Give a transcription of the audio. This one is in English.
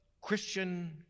Christian